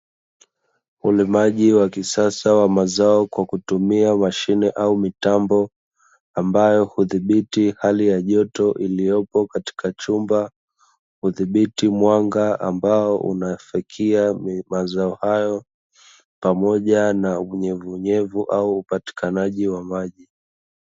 Ulimaji wa kisasa wa mazao kwa kutumia mashine au mitambo, ambayo hudhibiti hali ya joto iliyopo katika chumba. Hudhibiti mwanga ambao unafikia mazao hayo, pamoja na unyevu unyevu au upatikanaji wa maji.